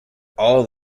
all